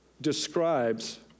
describes